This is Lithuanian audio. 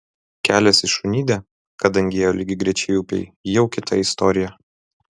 kelias į šunidę kadangi ėjo lygiagrečiai upei jau kita istorija